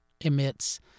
emits